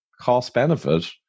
cost-benefit